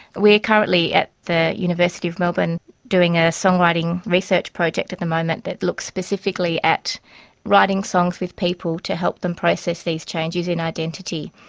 we are currently at the university of melbourne doing a song writing research project at the moment that looks specifically at writing songs with people to help them process these changes in identity,